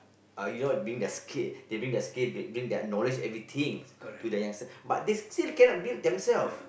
uh you know bring their skill they bring their skill they bring their knowledge everything to the youngster but they still can not build themselves